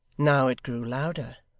now it grew louder,